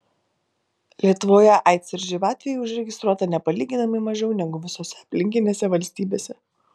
lietuvoje aids ir živ atvejų užregistruota nepalyginamai mažiau negu visose aplinkinėse valstybėse